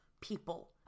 people